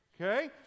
Okay